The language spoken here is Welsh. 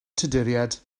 tuduriaid